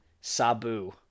Sabu